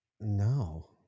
No